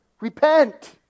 Repent